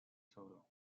solo